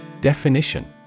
Definition